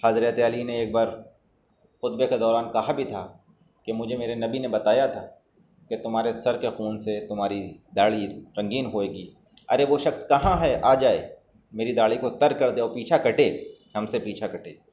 حضرت علی نے ایک بار خطبہ کے دوران کہا بھی تھا کہ مجھے میرے نبی نے بتایا تھا کہ تمہارے سر کے خون سے تمہاری داڑھی رنگین ہوئے گی ارے وہ شخص کہاں ہے آ جائے میری داڑھی کو تر کر دے اور پیچھا کٹے ہم سے پیچھا کٹے